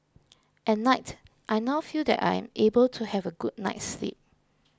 at night I now feel that I am able to have a good night's sleep